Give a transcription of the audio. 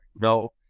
No